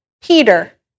Peter